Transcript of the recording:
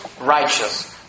righteous